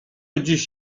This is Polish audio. dziś